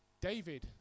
David